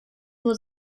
nur